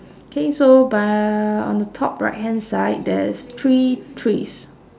K so by on the top right hand side there's three trees